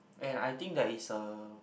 and I think there is a